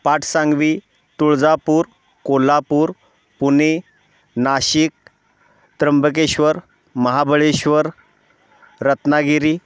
Patsangvi Tuljapur Kolhapur Pune Nashik Trimbakeshwar Mahabaleshwar Ratnagiri